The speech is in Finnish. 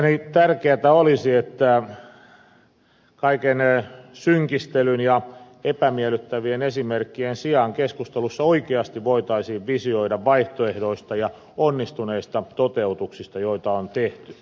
mielestäni tärkeätä olisi että kaiken synkistelyn ja epämiellyttävien esimerkkien sijaan keskustelussa oikeasti voitaisiin visioida vaihtoehdoista ja onnistuneista toteutuksista joita on tehty